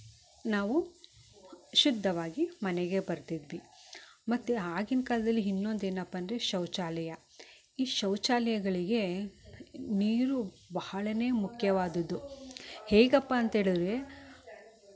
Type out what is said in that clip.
ನಾವು ಶುದ್ಧವಾಗಿ ಮನೆಗೆ ಬರ್ತಿದ್ವಿ ಮತ್ತು ಆಗಿನ ಕಾಲದಲ್ಲಿ ಇನ್ನೊಂದು ಏನಪ್ಪ ಅಂದರೆ ಶೌಚಾಲಯ ಈ ಶೌಚಾಲಯಗಳಿಗೆ ನೀರು ಬಹಳನೆ ಮುಖ್ಯವಾದದ್ದು ಹೇಗಪ್ಪ ಅಂತ ಹೇಳಿದರೆ